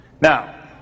Now